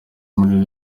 muri